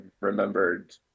remembered